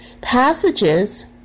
passages